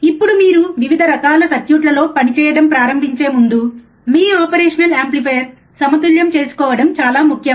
ఇప్పుడు మీరు వివిధ రకాల సర్క్యూట్లలో పనిచేయడం ప్రారంభించే ముందు మీ ఆపరేషన్ యాంప్లిఫైయర్ను సమతుల్యం చేసుకోవడం చాలా ముఖ్యం